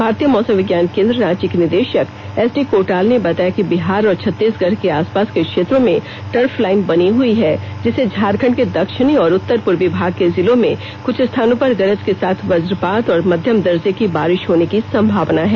भारतीय मौसम विज्ञान केंद्र रांची के निदेषक एसडी कोटाल ने बताया कि बिहार और छत्तीसगढ़ के आसपास के क्षेत्रों में टर्फ लाइन बनी हुई है जिससे झारखंड के दक्षिणी और उत्तर पूर्वी भाग के जिलों में कुछ स्थानों पर गरज के साथ वज्रपात और मध्यम दर्जे की बारिष होने की संभावना है